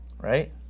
right